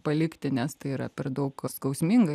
palikti nes tai yra per daug skausminga